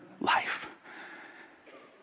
life